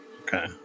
Okay